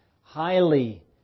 highly